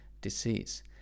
disease